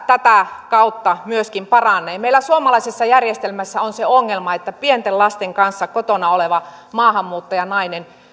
tätä kautta myöskin paranee meillä suomalaisessa järjestelmässä on se ongelma että pienten lasten kanssa kotona olevan maahanmuuttajanaisen